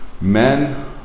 men